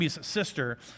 sister